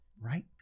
right